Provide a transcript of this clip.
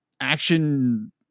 action